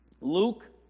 Luke